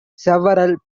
several